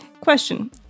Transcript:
question